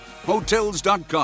Hotels.com